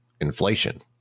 inflation